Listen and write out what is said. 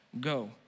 go